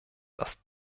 dass